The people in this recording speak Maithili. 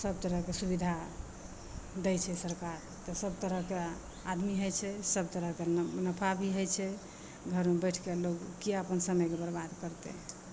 सब तरहके सुबिधा दै छै सरकार तऽ सब तरहके आदमी होइ छै सब तरहके नफा भी होइ छै घरमे बैठके लोग किए अपन समयके बर्बाद करतै